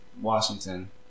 Washington